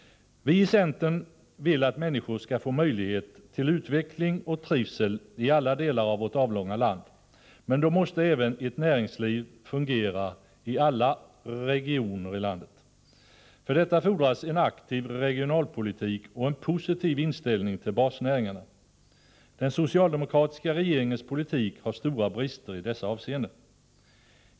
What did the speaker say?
Vi i centern vill att människor i alla delar av vårt avlånga land skall få möjlighet till utveckling och trivsel, men då måste även ett näringsliv fungera i alla regioner i landet. För detta fordras en aktiv regionalpolitik och en positiv inställning till basnäringarna. Den socialdemokratiska regeringens politik har stora brister i dessa avseenden.